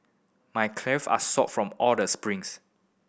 my calves are sore from all the sprints